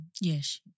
Yes